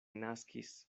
naskis